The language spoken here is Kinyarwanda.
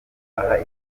aha